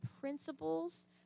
principles